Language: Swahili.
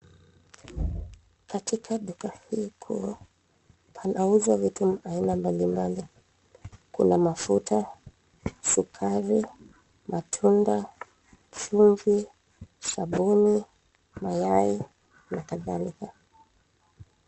Katika duka hii kuu, kunauzwa vitu aina mbali mbali. Kuna mafuta, sukari, matunda, chumvi, sabuni, mayai na kadhalika.